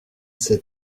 sait